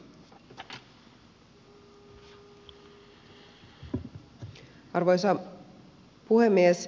arvoisa puhemies